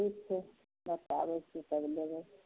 ठीक छै बताबै छी तब लेबै